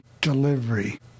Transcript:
delivery